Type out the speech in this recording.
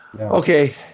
okay